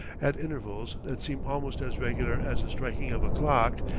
at intervals that seem almost as regular as the striking of a clock,